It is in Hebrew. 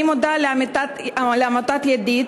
אני מודה לעמותת "ידיד",